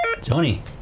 Tony